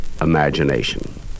imagination